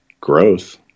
growth